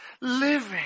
Living